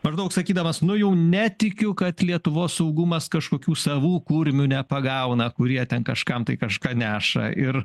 maždaug sakydamas nu jau netikiu kad lietuvos saugumas kažkokių savų kurmių nepagauna kurie ten kažkam tai kažką neša ir